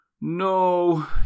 No